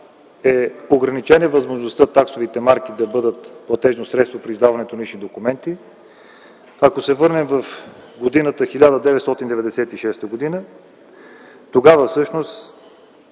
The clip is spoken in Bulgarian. е ограничена възможността таксовите марки да бъдат платежно средство при издаването на лични документи, трябва да се върнем към годината 1996. Оттогава всъщност